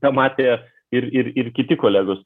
tą matė ir ir ir kiti kolegos